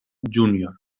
júnior